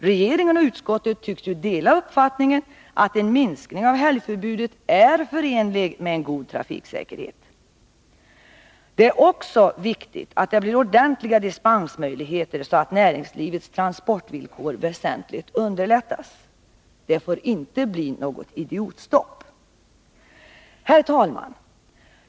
Regeringen och utskottet tycks dela uppfattningen att en minskning av helgförbudet är förenlig med en god trafiksäkerhet. Det är också viktigt att det blir ordentliga dispensmöjligheter, så att näringslivets transportvillkor väsentligt underlättas. Det får inte bli något ”idiotstopp”. Herr talman!